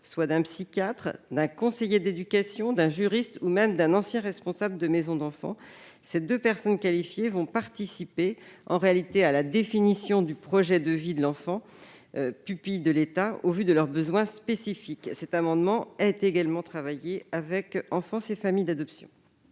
d'un psychiatre, d'un conseiller d'éducation, d'un juriste ou même d'un ancien responsable d'une maison d'enfants. Ces deux personnes qualifiées vont participer à la définition du projet de vie de l'enfant pupille de l'État, en prenant en compte leurs besoins spécifiques. Cet amendement a également été travaillé avec Enfance et familles d'adoption.